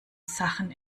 sachen